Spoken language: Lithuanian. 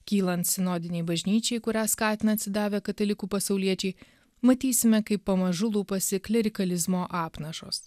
kylant sinodinei bažnyčiai kurią skatina atsidavę katalikų pasauliečiai matysime kaip pamažu lupasi klerikalizmo apnašos